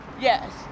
Yes